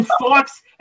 Fox